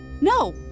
No